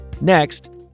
Next